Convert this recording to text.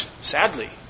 sadly